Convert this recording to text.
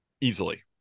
Easily